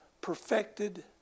perfected